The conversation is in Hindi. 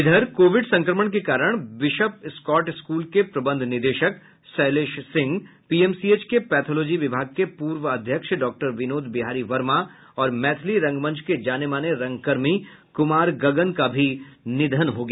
इधर कोविड संक्रमण के कारण बिशप स्कॉट स्कूल के प्रबंध निदेशक शैलेश सिंह पीएमसीएच के पैथोलॉजी विभाग के पूर्व अध्यक्ष डॉक्टर विनोद बिहारी वर्मा और मैथिली रंगमंच के जाने माने रंगकर्मी कुमार गगन का भी निधन हो गया